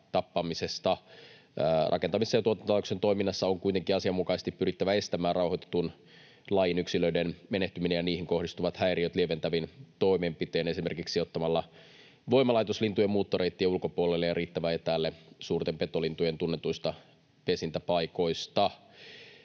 rakentamisessa ja toiminnassa on kuitenkin asianmukaisesti pyrittävä estämään rauhoitetun lajin yksilöiden menehtyminen ja niihin kohdistuvat häiriöt lieventävin toimenpitein, esimerkiksi sijoittamalla voimalaitos lintujen muuttoreittien ulkopuolelle ja riittävän etäälle suurten petolintujen tunnetuista pesintäpaikoista.